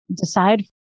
decide